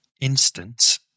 instance